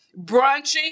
Brunching